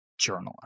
journalist